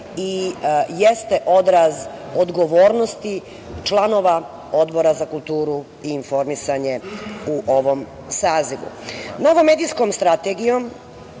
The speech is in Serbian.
i jeste odraz odgovornosti članova Odbora za kulturu i informisanje u ovom sazivu. Novom medijskom strategijom